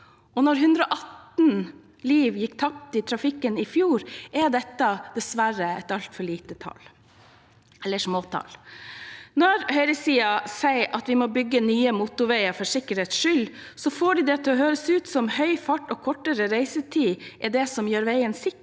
Når 118 liv gikk tapt i trafikken i fjor, er dette dessverre små tall. Når høyresiden sier at vi må bygge nye motorveier for sikkerhets skyld, får de det til å høres ut som om høy fart og kortere reisetid er det som gjør veien sikker,